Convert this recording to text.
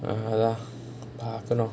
அதான் பாக்கணும்:athaan paakanum